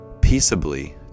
peaceably